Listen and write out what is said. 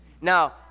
now